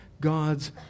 God's